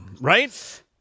right